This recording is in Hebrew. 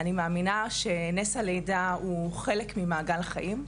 אני מאמינה שנס הלידה הוא חלק ממעגל החיים,